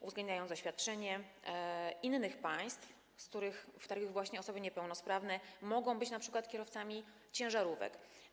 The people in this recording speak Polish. uwzględniając doświadczenie innych państw, w których właśnie osoby niepełnosprawne mogą być np. kierowcami ciężarówek.